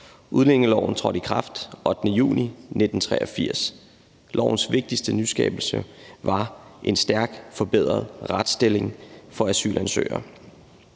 Udlændingeloven trådte i kraft den 8. juni 1983. Lovens vigtigste nyskabelse var en stærkt forbedret retsstilling for asylansøgere.